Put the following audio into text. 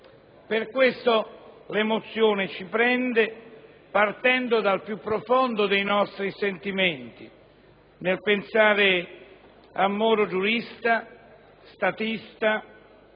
Per questo, l'emozione ci prende partendo dal più profondo dei nostri sentimenti, nel pensare a Moro giurista, statista,